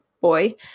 boy